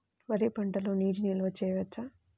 వరి పంటలో నీటి నిల్వ చేయవచ్చా?